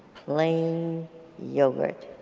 plain yogurt.